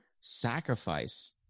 sacrifice